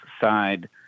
side